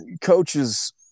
coaches